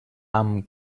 amb